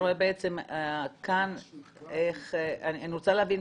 אני רוצה להבין,